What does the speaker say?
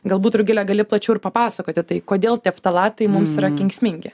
galbūt rugile gali plačiau ir papasakoti tai kodėl tie ftalatai mums yra kenksmingi